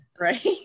right